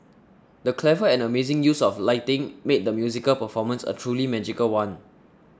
the clever and amazing use of lighting made the musical performance a truly magical one